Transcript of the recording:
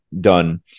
done